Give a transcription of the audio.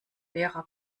lehrer